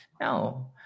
No